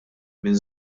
minn